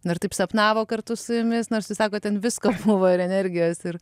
taip sapnavo kartu su jumis nors sako ten visko buvo ir energijos ir